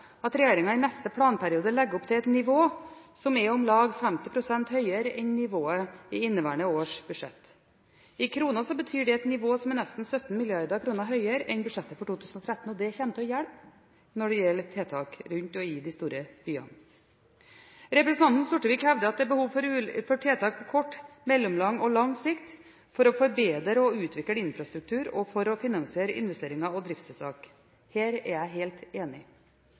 at regjeringen i neste planperiode legger opp til et nivå som er om lag 50 pst. høyere enn nivået i inneværende års budsjett. I kroner betyr det et nivå som er nesten 17 mrd. kr høyere enn i budsjettet for 2013. Det kommer til å hjelpe når det gjelder tiltak rundt og i de store byene. Representanten Sortevik hevder at det er behov for tiltak på kort, mellomlang og lang sikt for å forbedre og utvikle infrastruktur, og for å finansiere investeringer og driftstiltak. Her er jeg helt enig.